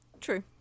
True